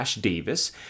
davis